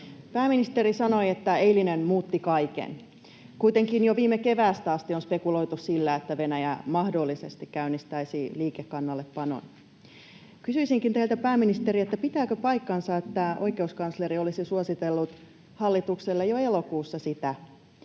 Pääministeri sanoi, että eilinen muutti kaiken. Kuitenkin jo viime keväästä asti on spekuloitu sillä, että Venäjä mahdollisesti käynnistäisi liikekannallepanon. Kysyisinkin teiltä, pääministeri: Pitääkö paikkansa, että oikeuskansleri olisi suositellut hallitukselle jo elokuussa sitä,